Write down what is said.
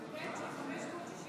לפיכך אנחנו עוברים